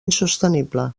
insostenible